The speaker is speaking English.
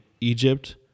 Egypt